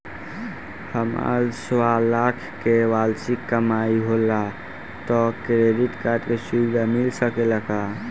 हमार सवालाख के वार्षिक कमाई होला त क्रेडिट कार्ड के सुविधा मिल सकेला का?